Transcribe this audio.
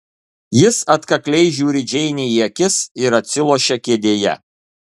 jis atkakliai žiūri džeinei į akis ir atsilošia kėdėje